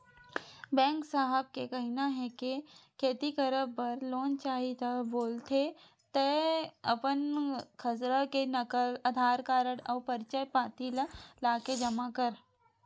bank साहेब के कहिना हे के खेती करब बर लोन चाही ता बोलथे तंय अपन खसरा के नकल, अधार कारड अउ परिचय पाती ल लाके जमा कर